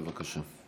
בבקשה.